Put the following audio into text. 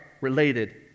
related